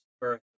birth